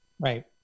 Right